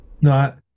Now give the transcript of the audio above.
No